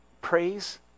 Praise